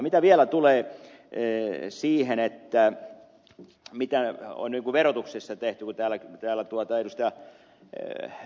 mitä vielä tulee siihen mitä verotuksessa on tehty kun täällä ed